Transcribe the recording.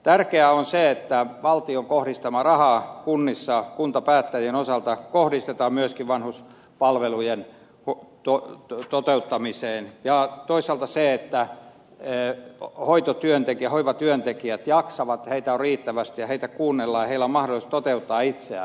tärkeää on se että valtion kohdistama raha kunnissa kuntapäättäjien osalta kohdistetaan myöskin vanhuspalvelujen toteuttamiseen ja toisaalta se että hoivatyöntekijät jaksavat ja heitä on riittävästi ja heitä kuunnellaan ja heillä on mahdollisuus toteuttaa itseään